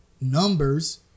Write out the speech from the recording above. numbers